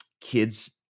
kids